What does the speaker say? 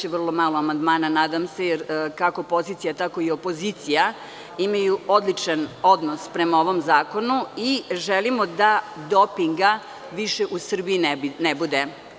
Imamo malo amandmana, nadam se, kako pozicija tako i opozicija imaju odličan odnos prema ovom zakonu i želimo da dopinga više u Srbiji ne bude.